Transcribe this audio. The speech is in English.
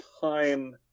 time